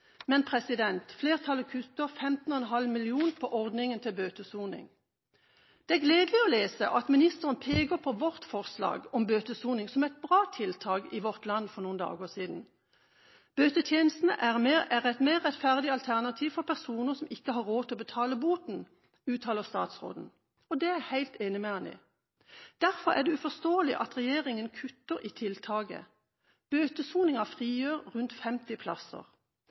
Men flertallet kutter 15,5 mill. kr på ordningen med bøtesoning. Det er gledelig å lese at ministeren i Vårt Land for noen dager siden peker på vårt forslag om bøtesoning som et bra tiltak: «Bøtetjeneste er et mer rettferdig alternativ for personer som ikke har råd til å betale boten.» Det uttaler statsråden, og det er jeg helt enig med ham i. Derfor er det uforståelig at regjeringen kutter i tiltaket. Bøtesoningen frigjør rundt 50 plasser.